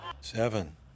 Seven